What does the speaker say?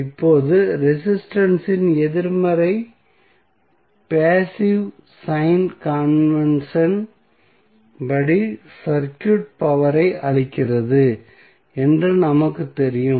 இப்போது ரெசிஸ்டன்ஸ் இன் எதிர்மறை மதிப்பு பேசிவ் சைன் கன்வென்சன் படி சர்க்யூட் பவர் ஐ அளிக்கிறது என்று நமக்குத் தெரிவிக்கும்